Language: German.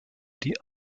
die